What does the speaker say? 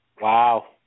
Wow